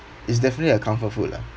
it's definitely a comfort food lah